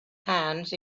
hands